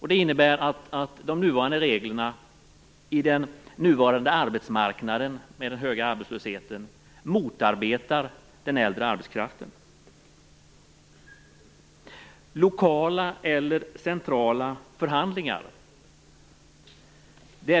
Det innebär att de nuvarande reglerna, på den nuvarande arbetsmarknaden med hög arbetslöshet, motarbetar den äldre arbetskraften. Skall vi ha lokala eller centrala förhandlingar?